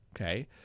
Okay